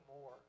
more